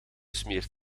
smeert